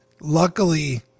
luckily